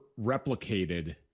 replicated